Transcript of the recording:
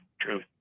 truth